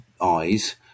eyes